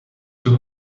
two